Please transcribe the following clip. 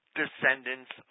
descendants